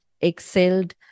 excelled